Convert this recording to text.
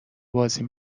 بازی